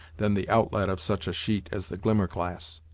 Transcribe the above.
than the outlet of such a sheet as the glimmerglass.